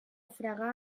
fregar